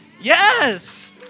Yes